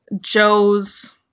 Joe's